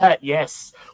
yes